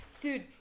Dude